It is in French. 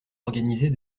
organiser